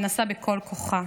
מנסה בכל כוחה.